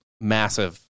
massive